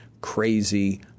crazy